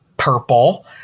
purple